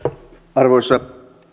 arvoisa